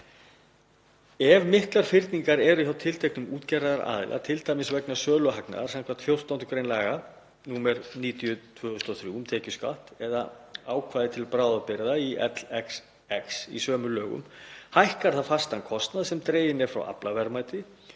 Ef miklar fyrningar eru hjá tilteknum útgerðaraðila, t.d. vegna söluhagnaðar samkvæmt 14. gr. laga nr. 90/2003, um tekjuskatt, eða ákvæði til bráðabirgða LXX í sömu lögum, hækkar það fastan kostnað sem dreginn er frá aflaverðmæti